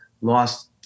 lost